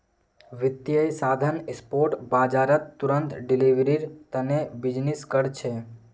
वित्तीय साधन स्पॉट बाजारत तुरंत डिलीवरीर तने बीजनिस् कर छे